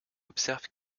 observe